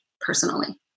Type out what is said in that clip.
personally